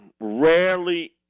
rarely